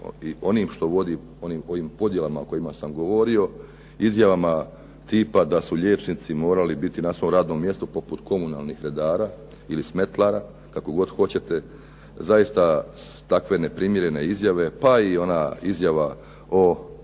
i onim što vodi, onim mojim podjelama o kojima sam govorio, izjavama tipa da su liječnici morali biti na svom radnom mjestu poput komunalnih redara ili smetlara, kako god hoćete. Zaista takve neprimjerene izjave, pa i ona izjava o